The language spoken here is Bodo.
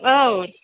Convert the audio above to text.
औ